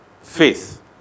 faith